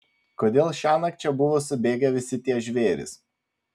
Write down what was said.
kodėl šiąnakt čia buvo subėgę visi tie žvėrys